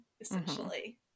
essentially